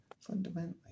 Fundamentally